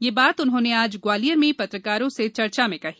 ये बात उन्होंने आज ग्वालियर में पत्रकारों से चर्चा में कही